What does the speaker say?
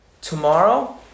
tomorrow